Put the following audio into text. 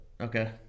okay